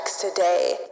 today